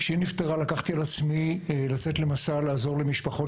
כשהיא נפטרה לקחתי על עצמי לצאת למסע ולעזור למשפחות